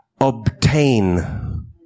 obtain